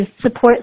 support